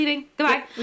goodbye